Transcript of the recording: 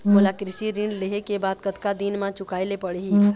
मोला कृषि ऋण लेहे के बाद कतका दिन मा चुकाए ले पड़ही?